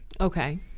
Okay